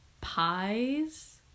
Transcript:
pies